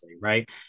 Right